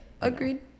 agreed